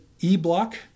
E-Block